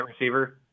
receiver